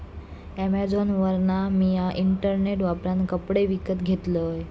अॅमेझॉनवरना मिया इंटरनेट वापरान कपडे विकत घेतलंय